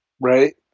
right